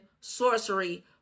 sorcery